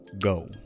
go